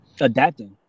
adapting